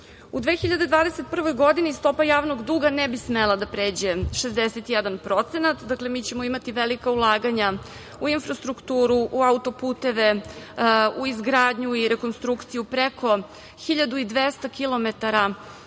2021. godini stopa javnog duga ne bi smela da pređe 61%. Dakle, mi ćemo imati velika ulaganja u infrastrukturu, u auto-puteve, u izgradnju i rekonstrukciju preko 1.200